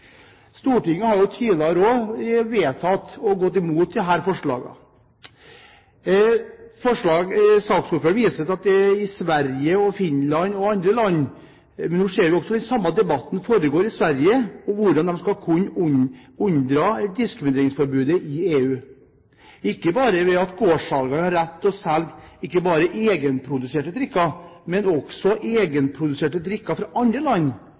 vedtatt å gå imot disse forslagene. Saksordføreren viser til Sverige, Finland og andre land. Men nå ser vi også at den samme debatten foregår i Sverige om hvordan de skal kunne komme seg unna diskrimineringsforbudet i EU, ikke bare ved at gårdssalget får rett til å selge ikke bare egenproduserte drikker, men også egenproduserte drikker fra andre land.